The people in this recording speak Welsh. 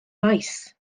maes